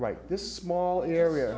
right this small area